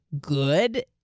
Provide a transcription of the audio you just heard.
good